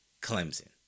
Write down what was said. Clemson